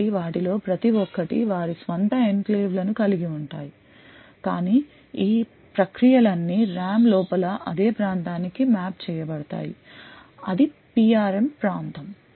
కాబట్టి వాటిలో ప్రతి ఒక్కటి వారి స్వంత ఎన్క్లేవ్లను కలిగి ఉంటాయి కాని ఈ ప్రక్రియలన్నీ RAM లోపల అదే ప్రాంతానికి మ్యాప్ చేయబడతాయి అది PRM ప్రాంతం